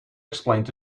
explained